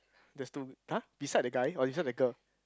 there's two !huh! beside the guy or beside the girl